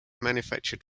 manufactured